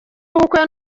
w’ubukwe